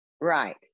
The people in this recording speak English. Right